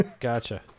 Gotcha